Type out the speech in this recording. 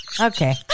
okay